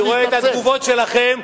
אני רואה את התגובות שלכם,